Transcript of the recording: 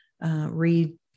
read